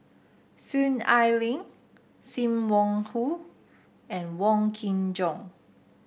Soon Ai Ling Sim Wong Hoo and Wong Kin Jong